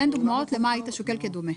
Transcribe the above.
תן דוגמאות למה היית שוקל כדומה.